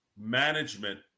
management